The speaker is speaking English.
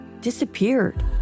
disappeared